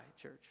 church